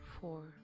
four